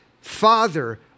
Father